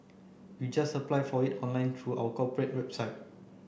you just apply for it online through our corporate website